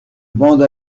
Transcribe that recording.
bande